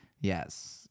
Yes